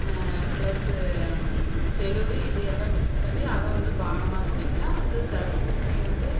plus தெளுவு இதையெல்லாம் mix பண்ணி அதை வந்து பானமாக குடிக்கலாம் அடுத்தது தர்பூசணி வந்து